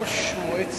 גם הוא עיתונאי.